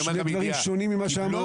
אלה דברים שונים ממה שאמרת.